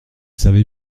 savez